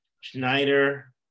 Schneider